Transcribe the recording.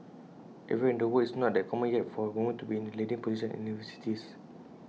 everywhere in the world IT is not that common yet for women to be in the leading positions in universities